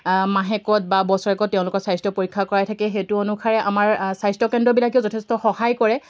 মাহেকত বা বছৰেকত তেওঁলোকৰ স্বাস্থ্য পৰীক্ষা কৰাই থাকে সেইটো অনুসাৰে আমাৰ স্বাস্থ্য কেন্দ্ৰবিলাকেও যথেষ্ট সহায় কৰে